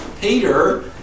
Peter